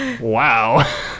wow